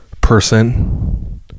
person